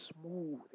smooth